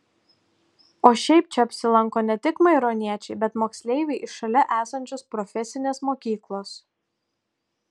o šiaip čia apsilanko ne tik maironiečiai bet moksleiviai iš šalia esančios profesinės mokyklos